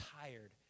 tired